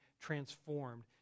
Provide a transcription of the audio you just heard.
transformed